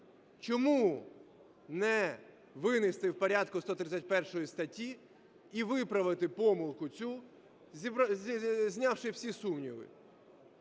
Чому не винести в порядку 131 статті і виправити помилку цю, знявши всі сумніви,